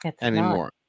anymore